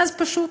ואז פשוט